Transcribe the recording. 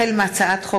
החל מהצעת חוק